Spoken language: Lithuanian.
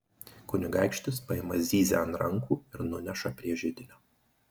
kunigaikštis paima zyzią ant rankų ir nuneša prie židinio